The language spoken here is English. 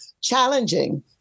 challenging